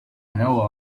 know